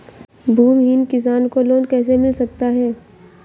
भूमिहीन किसान को लोन कैसे मिल सकता है?